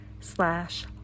slash